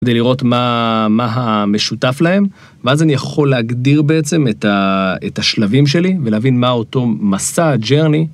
כדי לראות מה המשותף להם ואז אני יכול להגדיר בעצם את השלבים שלי ולהבין מה אותו מסע, ג'רני.